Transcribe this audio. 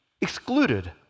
excluded